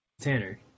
Tanner